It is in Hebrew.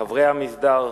חברי המסדר,